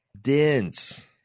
dense